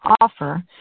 offer